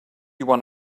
one